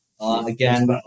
Again